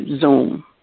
Zoom